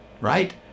right